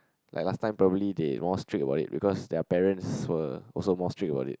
like last time probably they more strict about it because their parents were also more strict about it